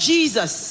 Jesus